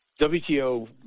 WTO